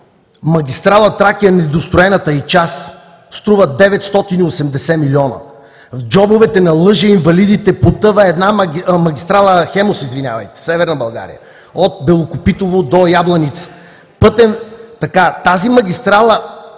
Магистрала „Тракия“, в недостроената й част, струва 980 милиона. В джобовете на лъжеинвалидите потъва една магистрала „Хемус“, извинявайте – Северна България, от Белокопитово до Ябланица. Тази магистрала